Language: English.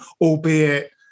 albeit